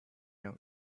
out